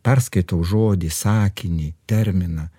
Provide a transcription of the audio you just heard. perskaitau žodį sakinį terminą